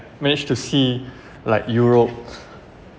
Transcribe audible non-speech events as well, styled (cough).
managed to see (breath) like europe